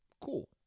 Cool